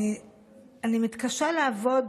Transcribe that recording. אני מתקשה לעבוד